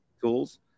tools